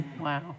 Wow